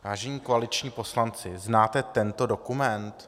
Vážení koaliční poslanci, znáte tento dokument?